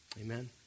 Amen